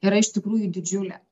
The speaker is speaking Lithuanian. yra iš tikrųjų didžiulė